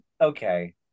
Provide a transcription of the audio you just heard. okay